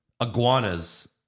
iguanas